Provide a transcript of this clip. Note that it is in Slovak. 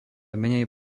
menej